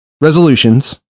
resolutions